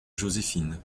joséphine